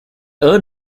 earned